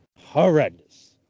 horrendous